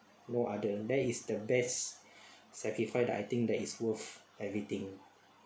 no other that is the best sacrifice that I think that is worth everything